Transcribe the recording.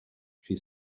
she